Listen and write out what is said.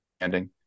ending